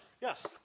Yes